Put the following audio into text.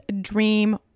dream